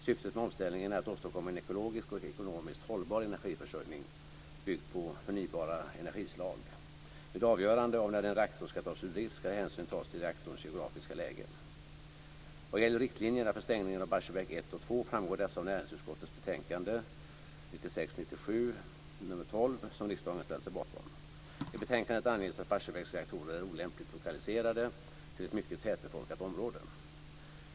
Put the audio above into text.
Syftet med omställningen är att åstadkomma en ekologisk och ekonomiskt hållbar energiförsörjning byggd på förnybara energislag. Vid avgörande av när en reaktor ska tas ur drift ska hänsyn tas till reaktorns geografiska läge. Vad gäller riktlinjerna för stängningen av Barsebäck 1 och 2 framgår dessa av näringsutskottets betänkande, 1996/97:NU12, som riksdagen ställt sig bakom. I betänkandet anges att Barsebäcks reaktorer är olämpligt lokaliserade till ett mycket tätbefolkat område.